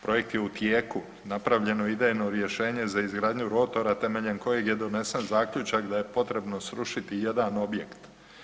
Projekt je u tijeku, napravljena je idejno rješenje za izgradnju rotora temeljem kojeg je donesen zaključak da je potrebno srušiti jedan objekt.